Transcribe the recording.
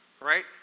right